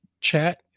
chat